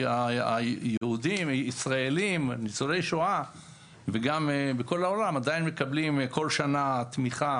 יהודים ישראלים ניצולי שואה וגם בכל העולם עדיין מקבלים כל שנה תמיכה